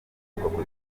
umuvuduko